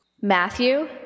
Matthew